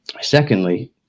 Secondly